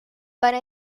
para